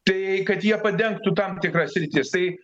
tai kad jie padengtų tam tikras sritis tai